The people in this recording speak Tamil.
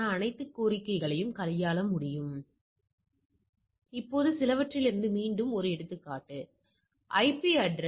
அவை ஒவ்வொன்றையும் நாம் சற்று விரிவாகப் பார்ப்போம்